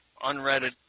unreaded